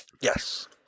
yes